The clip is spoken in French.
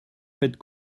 faites